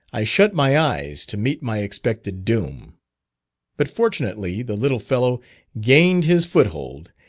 i shut my eyes to meet my expected doom but fortunately the little fellow gained his foothold,